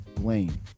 lane